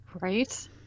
right